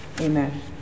Amen